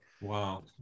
Wow